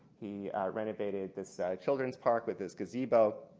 he renovated this children's park with this gazebo.